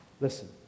listen